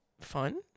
Fun